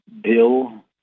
Bill